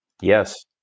Yes